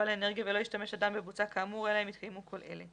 לאנרגיה ולא ישתמש אדם בבוצה כאמור אלא אם התקיימו כל אלה: